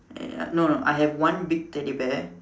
ya ya no no I have one big teddy bear